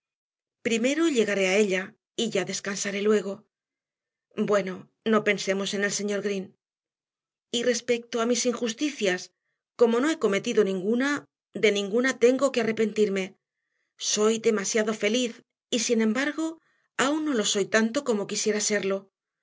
primero llegaré a ella y ya descansaré luego bueno no pensemos en el señor green y respecto a mis injusticias como no he cometido ninguna de ninguna tengo que arrepentirme soy demasiado feliz y sin embargo aún no lo soy tanto como quisiera serlo